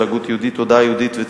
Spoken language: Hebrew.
הגות יהודית,